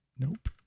Nope